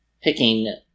picking